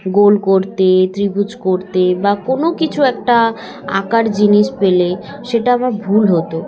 গোল করতে ত্রিভুজ করতে বা কোনো কিছু একটা আঁকার জিনিস পেলে সেটা আমার ভুল হতো